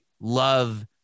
love